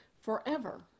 forever